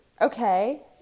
Okay